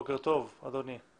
בוקר טוב, אדוני.